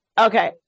Okay